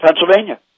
Pennsylvania